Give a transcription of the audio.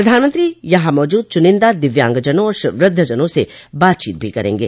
प्रधानमंत्री यहां मौजूद चुनिंदा दिव्यांगजनों और वृद्धजनों से बातचीत भी करेंगे